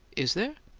is there?